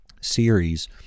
series